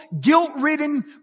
guilt-ridden